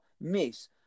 miss